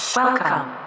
Welcome